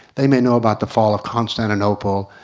they may know about the fall of constantinople.